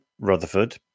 Rutherford